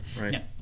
Right